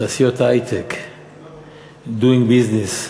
תעשיות היי-טק, doing business,